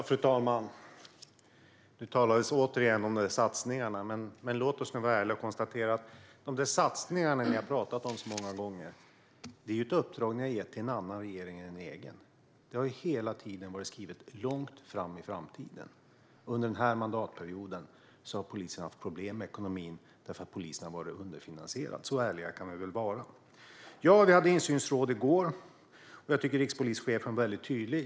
Fru talman! Nu talades det återigen om satsningarna. Men låt oss nu vara ärliga och konstatera att satsningarna ni har pratat om så många gånger är ett uppdrag ni har gett till en annan regering än er egen. Det har hela tiden varit skrivet långt fram i framtiden. Under den här mandatperioden har polisen haft problem med ekonomin eftersom polisen har varit underfinansierad. Så ärliga kan vi väl vara. Ja, det var möte i insynsrådet i går, och jag tycker att rikspolischefen var tydlig.